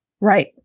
Right